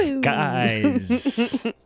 Guys